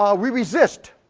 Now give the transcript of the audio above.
um we resist,